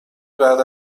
بعد